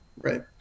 right